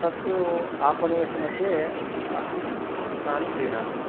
तत्तु आपणेषु मध्ये अहं तान् क्रीणामि